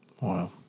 Wow